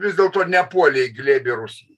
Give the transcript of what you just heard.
vis dėlto nepuolė į glėbį rusijai